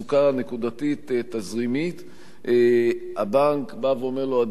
נקודתית תזרימית הבנק בא ואומר לו: אדוני,